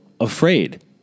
afraid